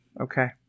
Okay